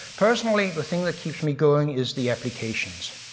personally, the thing that keeps me going is the applications.